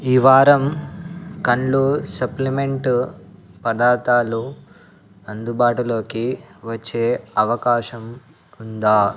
ఈ వారం కల్లో సప్లిమెంట్ పదార్ధాలు అందుబాటులోకి వచ్చే అవకాశం ఉందా